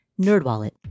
NerdWallet